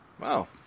Wow